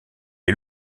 est